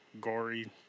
gory